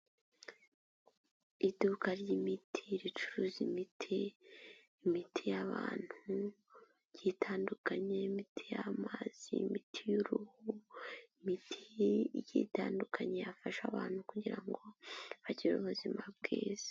Iduka ry'imiti ricuruza imiti, imiti y'abantu igiye itandukanye, imiti y'amazi, imiti y'uruhu, imiti igiye itandukanye, yafasha abantu kugira ngo bagire ubuzima bwiza.